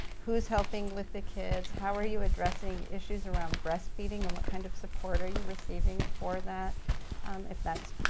who's helping with the kids, how are you addressing issues around breastfeeding and what kind of support are you receiving for that if that's